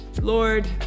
Lord